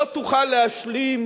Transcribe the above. לא תוכל להשלים